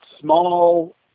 small